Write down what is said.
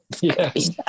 yes